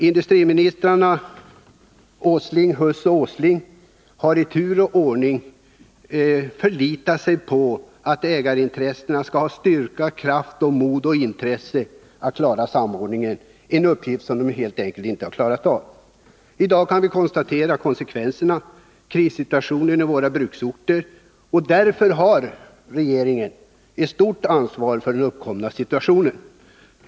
Industriministrarna — i tur och ordning herr Åsling, herr Huss och återigen herr Åsling — har förlitat sig på att ägarintressena skall ha styrka, kraft, mod och intresse att klara samordningen, en uppgift som de helt enkelt inte klarat av. I dag kan vi konstatera konsekvenserna — krissituation i våra bruksorter. Därför har regeringen ett stort ansvar för den uppkomna situationen.